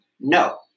no